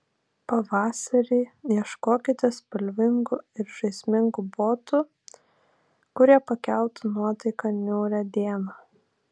pavasarį ieškokite spalvingų ir žaismingų botų kurie pakeltų nuotaiką niūrią dieną